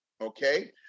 Okay